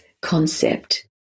concept